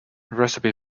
recipe